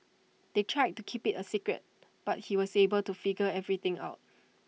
they tried to keep IT A secret but he was able to figure everything out